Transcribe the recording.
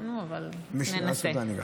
אבל ננסה.